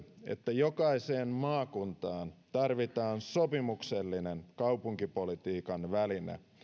että jokaiseen maakuntaan tarvitaan sopimuksellinen kaupunkipolitiikan väline